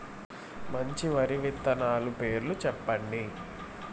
మంచి వరి విత్తనాలు పేర్లు చెప్పండి?